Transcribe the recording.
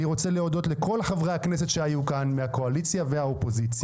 אני רוצה להודות לכל חברי הכנסת שהיו פה מהקואליציה והאופוזיציה.